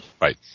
Right